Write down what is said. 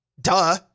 Duh